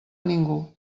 ningú